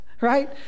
right